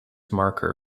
marker